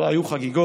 לא היו חגיגות,